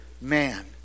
man